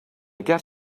get